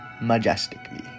majestically